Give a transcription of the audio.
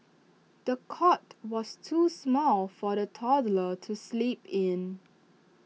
the cot was too small for the toddler to sleep in